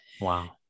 Wow